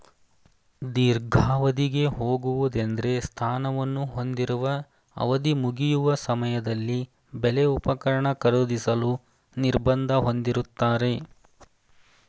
ದೀರ್ಘಾವಧಿಗೆ ಹೋಗುವುದೆಂದ್ರೆ ಸ್ಥಾನವನ್ನು ಹೊಂದಿರುವ ಅವಧಿಮುಗಿಯುವ ಸಮಯದಲ್ಲಿ ಬೆಲೆ ಉಪಕರಣ ಖರೀದಿಸಲು ನಿರ್ಬಂಧ ಹೊಂದಿರುತ್ತಾರೆ